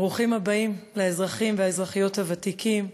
ברוכים הבאים לאזרחים והאזרחיות הוותיקים,